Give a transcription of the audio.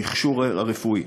המכשור הרפואי,